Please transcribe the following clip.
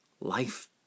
life